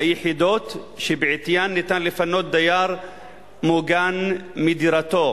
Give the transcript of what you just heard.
היחידות שבעטיין אפשר לפנות דייר מוגן מדירתו: